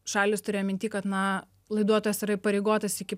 šalys turėjo minty kad na laiduotojas yra įpareigotas iki